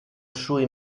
sui